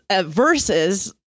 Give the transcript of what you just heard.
versus